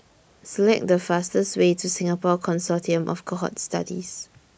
Select The fastest Way to Singapore Consortium of Cohort Studies